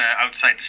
outside